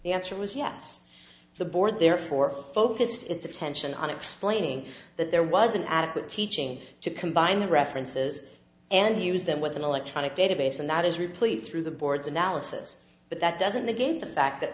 the answer was yes the board therefore focus its attention on explaining that there was an adequate teaching to combine the references and use them with an electronic database and that is replete through the board's analysis but that doesn't negate the fact that